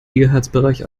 gigahertzbereich